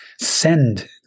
send